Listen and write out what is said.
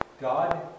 God